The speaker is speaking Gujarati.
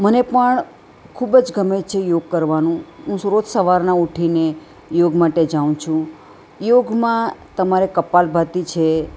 મને પણ ખૂબ જ ગમે છે યોગ કરવાનું હું રોજ સવારના ઊઠીને યોગ માટે જાઉં છું યોગમાં તમારે કપાલભાતિ છે